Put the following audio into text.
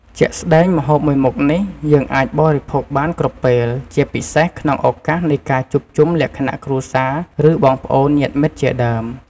ជាក់ស្ដែងម្ហូបមួយមុខនេះ យើងអាចបរិភោគបានគ្រប់ពេល ជាពិសេសក្នុងឱកាសនៃការជួបជុំលក្ខណៈគ្រួសារ ឬបងប្អូនញាតិមិត្តជាដើម។